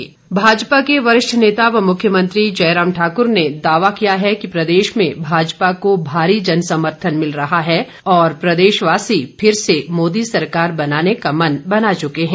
जयराम भाजपा के वरिष्ठ नेता व मुख्यमंत्री जयराम ठाक्र ने दावा किया है कि प्रदेश में भाजपा को भारी जन समर्थन मिला है और प्रदेशवासी फिर से मोदी सरकार बनाने का मन बना चुके हैं